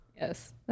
Yes